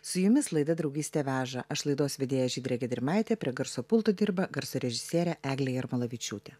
su jumis laida draugystė veža aš laidos vedėja žydrė gedrimaitė prie garso pulto dirba garso režisierė eglė jarmalavičiūtė